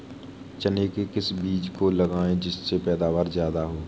चने के किस बीज को लगाएँ जिससे पैदावार ज्यादा हो?